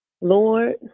Lord